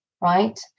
right